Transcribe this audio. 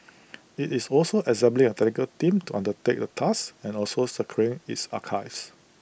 IT is also assembling A technical team to undertake the task and also securing its archives